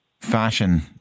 fashion